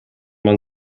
man